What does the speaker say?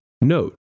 note